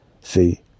See